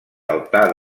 altar